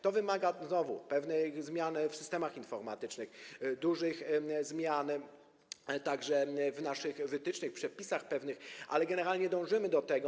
To wymaga znowu pewnej zmiany w systemach informatycznych, dużych zmian także w naszych wytycznych, w pewnych przepisach, ale generalnie dążymy do tego.